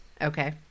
Okay